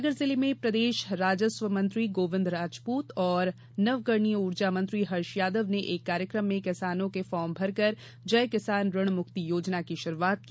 सागर जिले में प्रदेश राजस्व मंत्री गोविंद राजपूत और नवकरणीय ऊर्जा मंत्री हर्ष यादव ने एक कार्यक्रम में किसानों के फार्म भरकर जय किसान ऋण मुक्ति योजना की शुरूआत की